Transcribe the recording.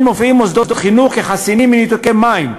מופיעים מוסדות חינוך כחסינים מניתוקי מים,